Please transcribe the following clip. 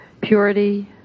purity